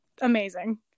amazing